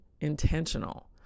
intentional